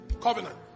covenant